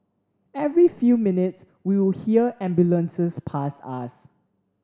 every few minutes we would hear ambulances pass us